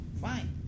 Fine